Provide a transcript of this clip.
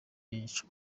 ryica